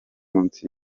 munsi